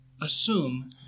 assume